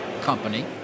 company